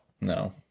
no